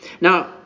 Now